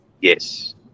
Yes